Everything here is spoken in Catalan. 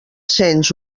cents